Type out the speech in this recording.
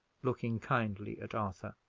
looking kindly at arthur.